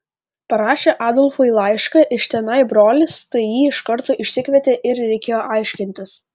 parašė adolfui laišką iš tenai brolis tai jį iš karto išsikvietė ir reikėjo aiškintis